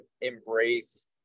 embrace